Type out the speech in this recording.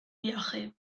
viaje